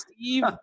Steve